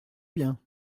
bien